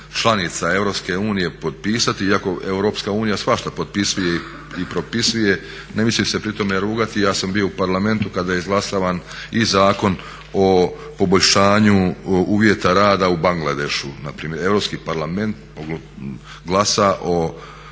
članica EU potpisati, iako EU svašta potpisuje i propisuje. Ne mislim se pri tome rugati, ja sam bio u Parlamentu kada je izglasavan i zakon o poboljšanju uvjeta rada u Bangladešu. Na primjer, Europski parlament glasa o